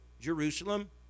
Jerusalem